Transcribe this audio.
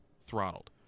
throttled